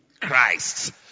christ